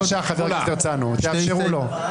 בבקשה, חבר הכנסת הרצנו, תאפשרו לו.